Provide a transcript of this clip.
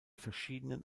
verschiedenen